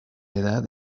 edad